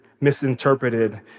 misinterpreted